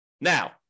Now